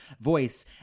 voice